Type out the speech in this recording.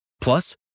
Plus